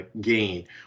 gain